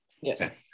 yes